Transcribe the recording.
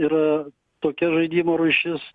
yra tokia žaidimo rūšis